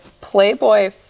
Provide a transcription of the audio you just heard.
Playboy